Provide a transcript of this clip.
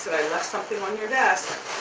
i left something on your desk.